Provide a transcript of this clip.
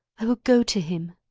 i will go to him!